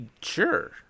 Sure